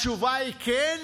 התשובה היא כן,